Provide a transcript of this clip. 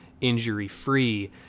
injury-free